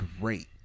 great